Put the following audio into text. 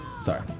Sorry